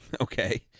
Okay